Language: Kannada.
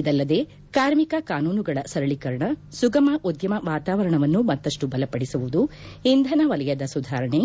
ಇದಲ್ಲದೆ ಕಾರ್ಮಿಕ ಕಾನೂನುಗಳ ಸರಳೀಕರಣ ಸುಗಮ ಉದ್ಯಮ ವಾತಾವರಣವನ್ನು ಮತ್ತಷ್ಟು ಬಲಪಡಿಸುವುದು ಇಂಧನ ವಲಯದ ಸುಧಾರಣೆ